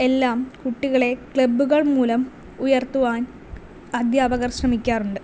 എല്ലാം കുട്ടികളെ ക്ലബ്ബുകൾ മൂലം ഉയർത്തുവാൻ അധ്യാപകർ ശ്രമിക്കാറുണ്ട്